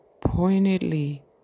pointedly